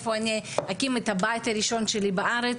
איפה אני אקים את הבית הראשון שלי בארץ,